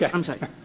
yeah i'm sorry.